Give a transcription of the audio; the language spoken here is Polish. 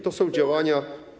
To są działania.